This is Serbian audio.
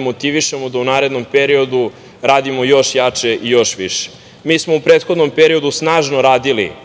motiviše da u narednom periodu radimo još jače i još više. Mi smo u prethodnom periodu snažno radili